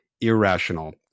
irrational